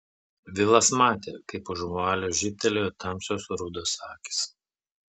vilas matė kaip už vualio žybtelėjo tamsios rudos akys